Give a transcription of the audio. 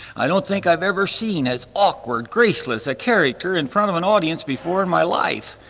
i don't think i've ever seen as awkward graceless a character in front of an audience before in my life.